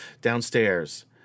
downstairs